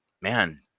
man